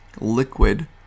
liquid